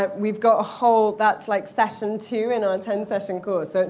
but we've got a whole that's like session two in our ten session course.